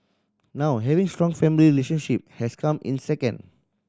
now having strong family relationship has come in second